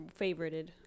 favorited